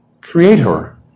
creator